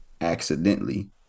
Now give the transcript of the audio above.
accidentally